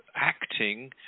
acting